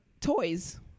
toys